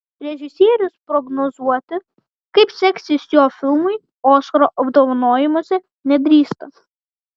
režisierius prognozuoti kaip seksis jo filmui oskaro apdovanojimuose nedrįsta